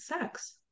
sex